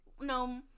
no